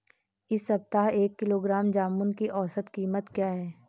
इस सप्ताह एक किलोग्राम जामुन की औसत कीमत क्या है?